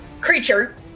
creature